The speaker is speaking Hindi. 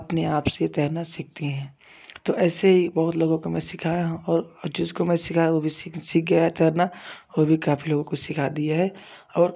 अपने आप से तैरना सीखते हैं तो ऐसे ही बहुत लोगों को मैं सिखाया हूँ और जिसको मैं सिखाए वो भी सीख गया तैरना वो भी काफी लोगों को सिखा दिया है और